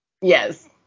Yes